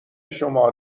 شما